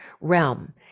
realm